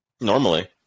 normally